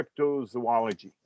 cryptozoology